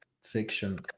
section